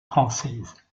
française